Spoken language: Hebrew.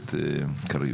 הכנסת קריב